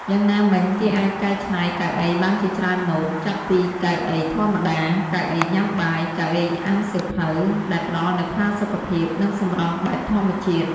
យ៉ាងណាមិញ គេអាចកែឆ្នៃកៅអីបានជាច្រើនម៉ូដ ចាប់ពីកៅអីធម្មតា កៅអីញ៉ាំបាយ កៅអីអានសៀវភៅដែលផ្តល់នូវផាសុកភាព និងសម្រស់បែបធម្មជាតិ។